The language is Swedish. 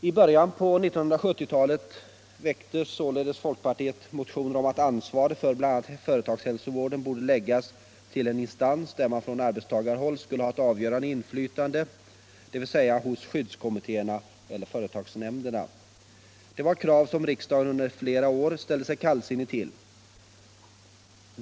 I början av 1970-talet väckte således folkpartiet motioner om att ansvaret för bl.a. företagshälsovården borde läggas hos en instans, där man från arbetstagarhåll skulle ha ent avgörande inflytande, dvs. hos skyddskommittéerna eller företagsnämnderna. Det var krav som riksdagen under flera år ställde sig kallsinnig till.